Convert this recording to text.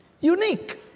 unique